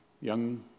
young